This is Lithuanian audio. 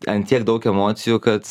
ten tiek daug emocijų kad